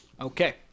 Okay